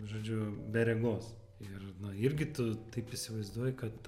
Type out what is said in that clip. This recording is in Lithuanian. žodžiu be regos ir irgi tu taip įsivaizduoji kad